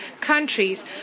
countries